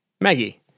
Maggie